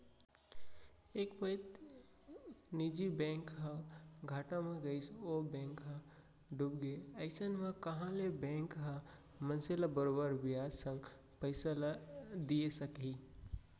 एक पइत निजी बैंक ह घाटा म गइस ओ बेंक ह डूबगे अइसन म कहॉं ले बेंक ह मनसे ल बरोबर बियाज संग पइसा ल दिये सकही